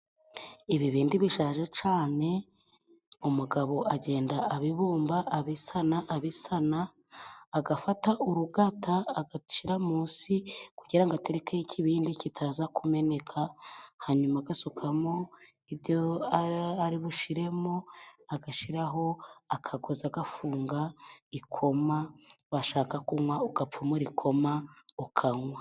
Ibibindi bishaje cane, umugabo agenda abibumba, abisana, abisana, agafata urugata agashyira mu nsi kugira ngo atereke ikibindi kitaza kumeneka, hanyuma agasukamo ibyo ari bushiremo, agashyiraho akagozi agafunga ikoma, washaka kunywa ugapfumura ikoma ukanywa.